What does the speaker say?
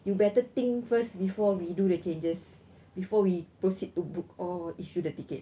you better think first before we do the changes before we proceed to book or issue the ticket